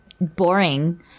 boring